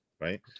right